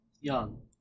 Young